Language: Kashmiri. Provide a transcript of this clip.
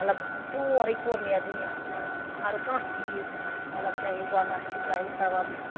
مطلب سورُے کوٚر مےٚ یَتھ دُنیاہَس منٛز ہَرکانٛہہ چیٖز مطلب چاہے گۄناہ چھِ چاہے صواب چھِ